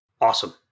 Awesome